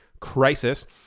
crisis